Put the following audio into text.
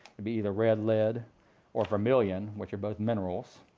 and be either red lead or vermilion, which are both minerals.